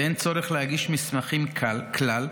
ואין צורך להגיש מסמכים כלל.